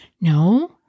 no